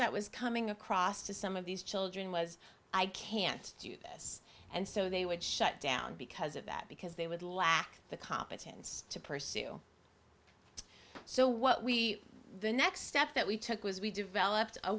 that was coming across to some of these children was i can't do this and so they would shut down because of that because they would lack the competence to pursue it so what we the next step that we took was we developed a